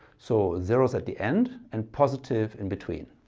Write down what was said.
so zeros at the end and positive in between.